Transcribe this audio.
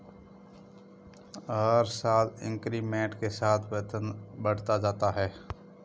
हर साल इंक्रीमेंट के साथ वेतन बढ़ता जाता है